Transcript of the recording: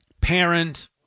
parent